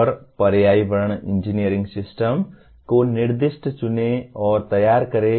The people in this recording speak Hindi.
और पर्यावरण इंजीनियरिंग सिस्टम को निर्दिष्ट चुनें और तैयार करें